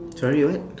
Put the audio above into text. sorry what